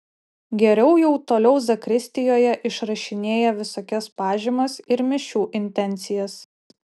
geriau jau toliau zakristijoje išrašinėja visokias pažymas ir mišių intencijas